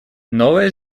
новая